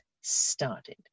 started